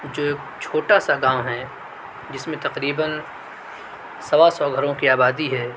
جو ایک چھوٹا سا گاؤں ہے جس میں تقریباً سوا سو گھروں کی آبادی ہے